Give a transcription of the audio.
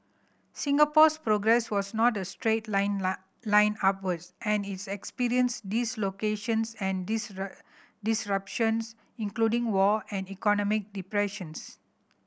Singapore's progress was not a straight line line upwards and it experienced dislocations and disruptions including war and economic depressions